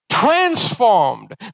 transformed